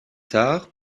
tard